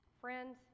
Friends